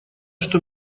что